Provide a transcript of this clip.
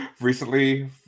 recently